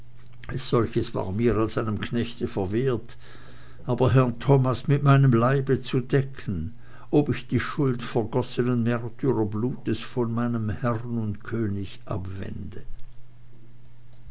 solches war mir als einem knechte verwehrt aber herrn thomas mit meinem leibe zu decken ob ich die schuld vergossenen märtyrerblutes von meinem herrn und könige abwende